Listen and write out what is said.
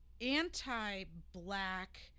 anti-black